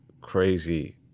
crazy